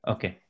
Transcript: Okay